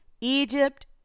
Egypt